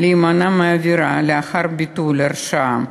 להימנע מעבירה לאחר ביטול הרשעה),